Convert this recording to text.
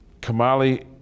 Kamali